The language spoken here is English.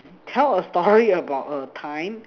tell a story about a time